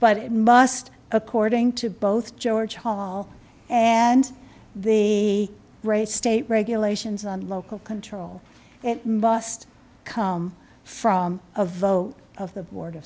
but it must according to both george hall and the great state regulations on local control must come from a vote of the board